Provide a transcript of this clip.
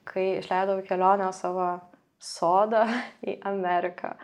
kai išleidau į kelionę savo sodą į ameriką